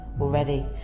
already